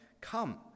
come